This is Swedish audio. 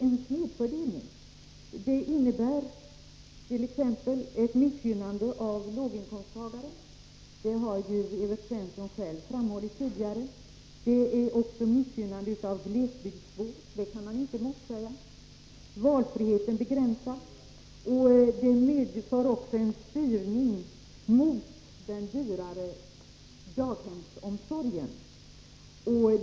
Denna snedfördelning innebär t.ex. ett missgynnande av låginkomsttagare — det har Evert Svensson själv framhållit tidigare. Den innebär också ett missgynnande av glesbygdsbor — det kan man inte motsäga. Valfriheten begränsas också, och snedfördelningen medför en styrning mot den dyrare daghemsomsorgen.